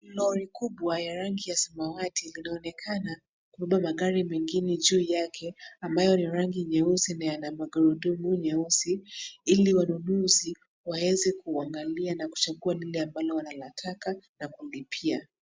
Lori kubwa ya rangi ya samawati linaonekana kubeba magari mengine juu yake ambayo ni rangi nyeusi na yana magurudumu nyeusi ili wanunuzi waweze kuangalia na kuchagua lile ambalo wanalitaka na kulipia.